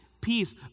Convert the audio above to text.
peace